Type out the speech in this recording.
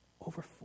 over